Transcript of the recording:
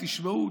תשמעו,